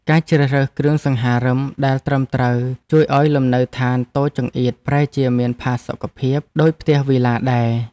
ការជ្រើសរើសគ្រឿងសង្ហារិមដែលត្រឹមត្រូវជួយឱ្យលំនៅឋានតូចចង្អៀតប្រែជាមានផាសុកភាពដូចផ្ទះវីឡាដែរ។